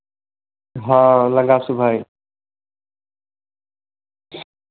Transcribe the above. हाँ